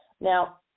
Now